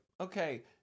okay